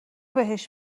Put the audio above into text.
بهش